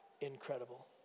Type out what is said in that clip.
incredible